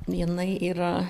jinai yra